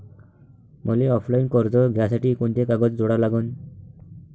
मले ऑफलाईन कर्ज घ्यासाठी कोंते कागद जोडा लागन?